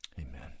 Amen